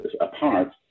apart